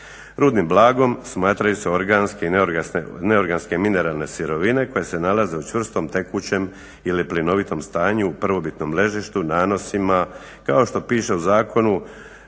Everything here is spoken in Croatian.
Rudnim blagom smatraju se organske i neorganske mineralne sirovine koje se nalaze u čvrstom, tekućem ili plinovitom stanju u prvobitnom ležištu, nanosima, kao što piše u zakonu